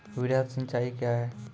वृहद सिंचाई कया हैं?